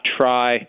try